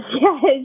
Yes